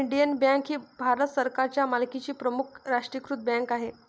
Indian bank ही भारत सरकारच्या मालकीची प्रमुख राष्ट्रीयीकृत बँक आहे